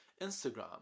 Instagram